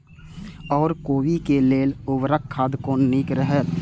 ओर कोबी के लेल उर्वरक खाद कोन नीक रहैत?